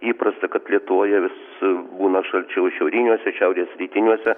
įprasta kad lietuvoje vis būna šalčiau šiauriniuose šiaurės rytiniuose